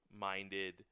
minded